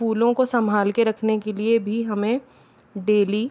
फूलों को संभाल के रखने के लिए भी हमें डेली